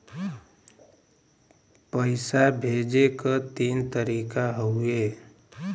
पइसा भेजे क तीन तरीका हउवे